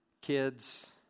kids